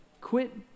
Quit